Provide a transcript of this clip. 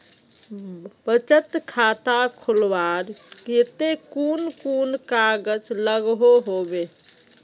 बचत खाता खोलवार केते कुन कुन कागज लागोहो होबे?